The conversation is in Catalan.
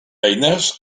eines